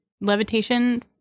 Levitation